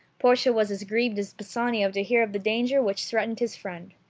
portia was as grieved as bassanio to hear of the danger which threatened his friend.